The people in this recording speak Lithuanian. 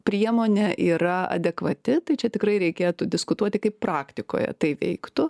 priemonė yra adekvati tai čia tikrai reikėtų diskutuoti kaip praktikoje tai veiktų